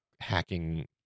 hacking